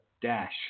dash